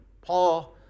Paul